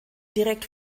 direkt